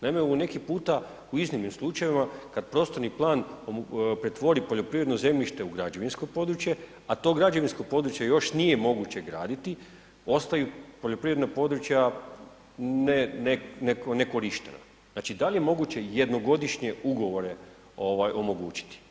Naime u neki puta, u iznimnim slučajevima kad prostorni plan pretvori poljoprivredno zemljište u građevinsko područje, a to građevinsko područje još nije moguće graditi, ostaju poljoprivredna područja nekorištena, znači dal' je moguće jednogodišnje ugovore ovaj omogućiti?